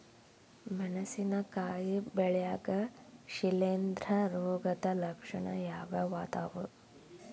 ಮೆಣಸಿನಕಾಯಿ ಬೆಳ್ಯಾಗ್ ಶಿಲೇಂಧ್ರ ರೋಗದ ಲಕ್ಷಣ ಯಾವ್ಯಾವ್ ಅದಾವ್?